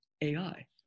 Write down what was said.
AI